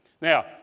Now